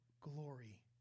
glory